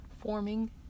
forming